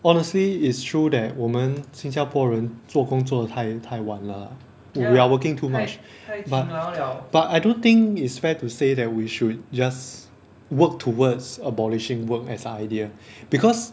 honestly it's true that 我们新加坡人做工做得太太晚了 we are working too much but but I don't think it's fair to say that we should just work towards abolishing work as an idea because